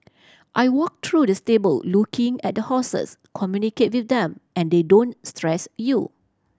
I walk through the stable looking at the horses communicate with them and they don't stress you